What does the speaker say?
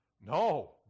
no